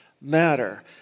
matter